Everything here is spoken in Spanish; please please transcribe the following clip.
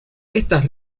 estas